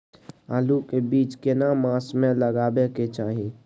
आलू के बीज केना मास में लगाबै के चाही?